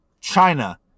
China